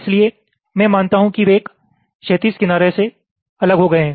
इसलिए मैं मानता हूं कि वे एक क्षैतिज किनारे से अलग हो गए हैं